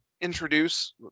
introduce